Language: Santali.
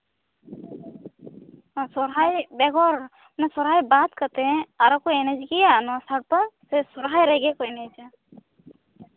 ᱥᱚᱨᱦᱟᱭ ᱵᱮᱜᱚᱨ ᱢᱟᱱᱮ ᱥᱚᱨᱦᱟᱭ ᱵᱟᱫ ᱠᱟᱛᱮᱜ ᱟᱨᱚ ᱠᱚ ᱮᱱᱮᱡ ᱜᱮᱭᱟ ᱱᱚᱣᱟ ᱥᱟᱲᱯᱟ ᱥᱮ ᱥᱚᱨᱦᱟᱭ ᱨᱮᱜᱮ ᱠᱚ ᱮᱱᱮᱡᱟ